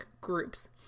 groups